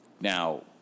Now